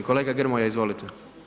Kolega Grmoja izvolite.